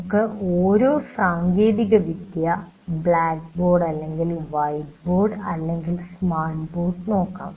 നമുക്ക് ഓരോ സാങ്കേതിക വിദ്യ ബ്ലാക്ക് ബോർഡ് അല്ലെങ്കിൽ വൈറ്റ് ബോർഡ് അല്ലെങ്കിൽ സ്മാർട്ട് ബോർഡ് നോക്കാം